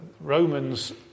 Romans